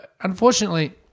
unfortunately